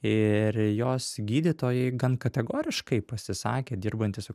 ir jos gydytojai gan kategoriškai pasisakė dirbantys su